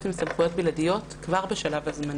עם סמכויות בלעדיות כבר בשלב הזמני.